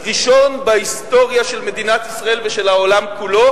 ראשון בהיסטוריה של מדינת ישראל ושל העולם כולו.